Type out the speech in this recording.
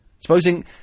Supposing